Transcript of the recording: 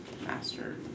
master